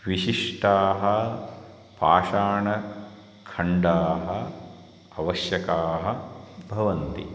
विशिष्टाः पाषाणखण्डाः आवश्यकाः भवन्ति